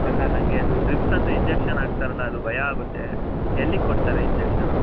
ಅಲ್ಲ ನನಗೆ ಅದು ಡ್ರಿಪ್ಸ್ ಅಂದರೆ ಇಂಜೆಕ್ಷನ್ ಹಾಕ್ತಾರಲ್ಲ ಅದು ಭಯ ಆಗುತ್ತೆ ಎಲ್ಲಿಗೆ ಕೊಡ್ತಾರೆ ಇಂಜೆಕ್ಷನು